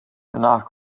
danach